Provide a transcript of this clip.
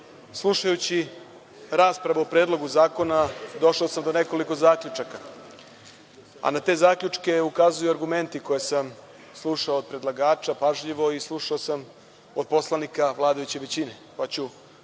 slušajući raspravu o Predlogu zakona došao sam do nekoliko zaključaka, a na te zaključke ukazuju argumenti koje sam slušao od predlagača pažljivo i slušao sam od poslanika vladajuće većine. Probaću